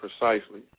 precisely